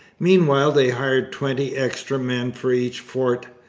meanwhile they hired twenty extra men for each fort.